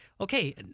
okay